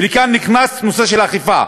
ולכאן נכנס הנושא של האכיפה,